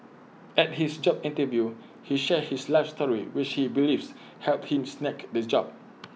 at his job interview he shared his life story which he believes helped him snag the job